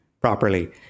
properly